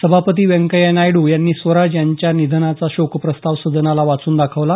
सभापती व्यंकय्या नायडू यांनी स्वराज यांच्या निधनाचा शोकप्रस्ताव सदनाला वाचून दाखवला